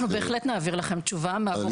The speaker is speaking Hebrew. בהחלט נעביר לכם תשובה מהגורם המתאים במשרד.